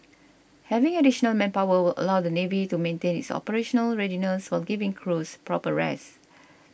having additional manpower will allow the navy to maintain its operational readiness while giving crews proper rest